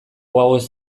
gauez